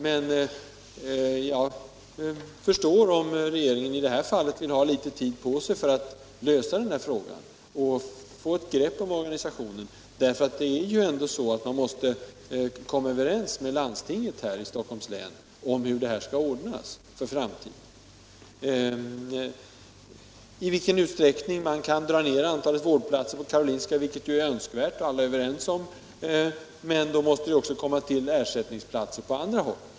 Men jag förstår om regeringen i detta fall vill ha litet tid på sig för att lösa problemen och få ett grepp om organisationen. För det är ju ändå så att man måste komma överens med landstinget i Stockholms län om hur detta skall ordnas för framtiden. Det är önskvärt att man drar ner antalet vårdplatser på Karolinska sjukhuset. Det är alla överens om. Men då måste vi ju få ersättningsplatser på andra håll.